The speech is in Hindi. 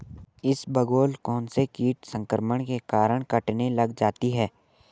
इसबगोल कौनसे कीट संक्रमण के कारण कटने लग जाती है?